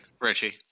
Richie